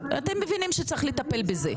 אתם מבינים שצריך לטפל בזה.